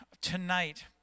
tonight